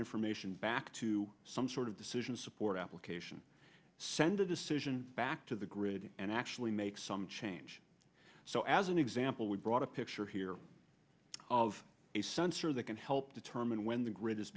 information back to some sort of decision support application send a decision back to the grid and actually make some change so as an example we brought a picture here of a sensor that can help determine when the gr